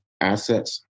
assets